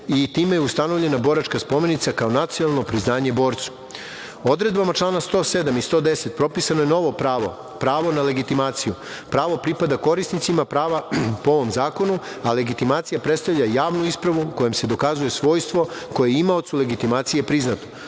i time je ustanovljena boračka spomenica kao nacionalno priznanje borcu. Odredbama člana 107. i 110. propisano je novo pravo, pravo na legitimaciju. Pravo pripada korisnicima prava po ovom zakonu, a legitimacija predstavlja javnu ispravu kojom se dokazuje svojstvo koje je imaocu legitimacije priznato.